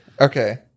Okay